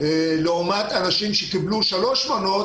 לעומת אנשים שקיבלו שלוש מנות,